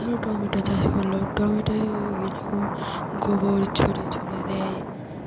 ধরো টমেটো চাষ করল টমেটোয় ওইরকম গোবর ছড়িয়ে ছড়িয়ে দেয়